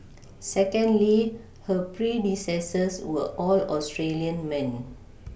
secondly her predecessors were all Australian men